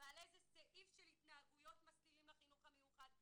ועל איזה סעיף של התנהגויות מסלילים לחינוך מיוחד.